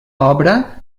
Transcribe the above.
obra